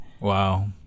Wow